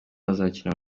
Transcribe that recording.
bazakina